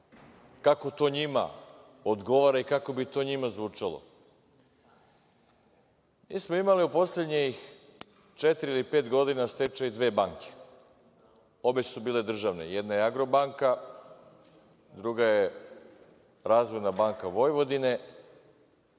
kako to njima odgovara i kako bi to njima zvučalo. Imali smo u poslednjih četiri ili pet godina stečaj dve banke. Obe su bile državne. Jedna je Agrobanka, a druga je Razvojna banka Vojvodine.